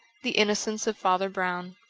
the innocence of father brown